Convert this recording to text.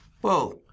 Whoa